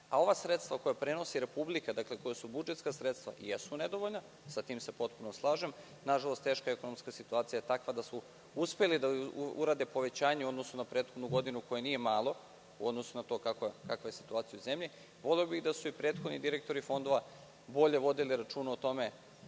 a ova sredstva koja prenosi Republika, koja su budžetska sredstva, jesu nedovoljna i sa tim se potpuno slažem. Nažalost, teška ekonomska situacija je takva da su uspeli da urade povećanje u odnosu na prethodnu godinu, koje nije malo u odnosu na to kakva je situacija u zemlji. Voleo bih da su i prethodni direktori fondova bolje vodili računa o tome